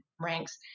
ranks